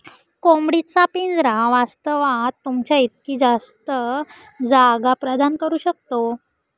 कोंबडी चा पिंजरा वास्तवात, तुमच्या इतकी जास्त जागा प्रदान करू शकतो